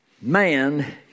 man